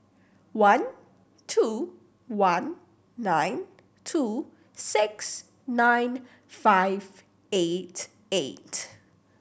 one two one nine two six nine five eight eight